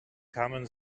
kamen